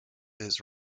his